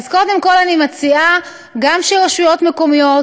קודם כול אני מציעה שגם רשויות מקומיות